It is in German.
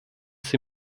sie